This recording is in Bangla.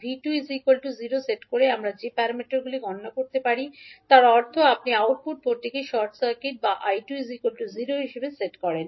𝐕2 0 সেট করে আমরা যে প্যারামিটারগুলি গণনা করতে পারি তার অর্থ আপনি আউটপুট পোর্টটিকে শর্ট সার্কিট বা 𝐈2 0 হিসাবে সেট করেন